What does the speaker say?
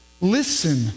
Listen